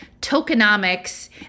tokenomics